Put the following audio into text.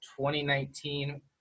2019